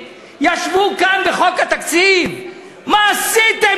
ישרים, בוא נראה מה עשיתם